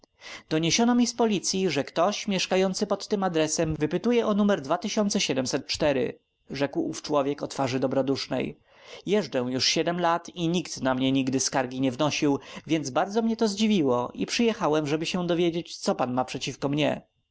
osobie doniesiono mi z policyi że ktoś mieszkający pod tym adresem wypytuje o nr rzekł ów człowiek o twarzy dobrodusznej jeżdżę już siedem lat i nikt na mnie nigdy skargi nie wnosił więc bardzo mnie to zadziwiło i przyjechałem żeby się dowiedzieć co pan ma przeciwko mnie